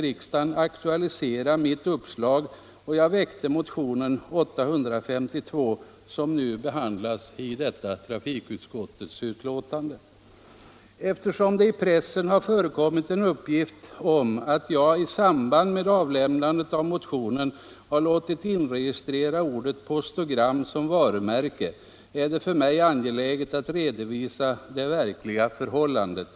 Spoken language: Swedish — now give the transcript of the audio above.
riksdagen aktualisera mitt uppslag och väckte motionen 852, som behandlas i detta trafikutskottets betänkande. Eftersom det i pressen har förekommit en uppgift om att jag i samband med avlämnandet av motionen har låtit inregistrera ordet postogram som varumärke är det för mig angeläget att redovisa det verkliga förhållandet.